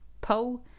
poe